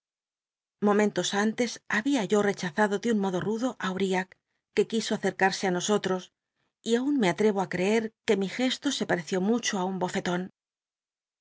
momentos antes babia yo rechazado de un modo rudo á utiah uc lui o acercarse á nosotros y aun me ahe o ctcet que mi gesto se pareció mucho á un bofclon